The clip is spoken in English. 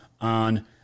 on